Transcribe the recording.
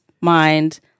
mind